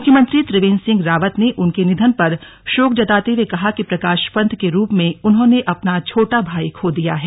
मुख्यमंत्री त्रिवेन्द्र सिंह रावत ने उनके निधन पर शोक जताते हुए कहा कि प्रकाश पंत के रूप में उन्होंने अपना छोटा भाई खो दिया है